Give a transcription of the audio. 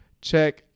check